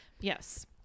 Yes